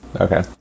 okay